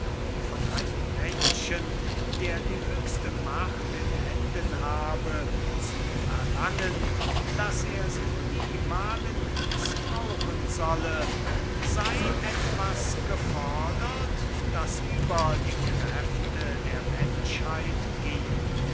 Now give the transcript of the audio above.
von einem menschen der die höchste macht in händen habe zu verlangen daß er sie niemalen mißbrauchen solle eine forderung sei welche über die kräfte der menschheit gehe